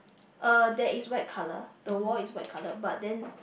uh there is white color the wall is white color but then